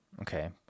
Okay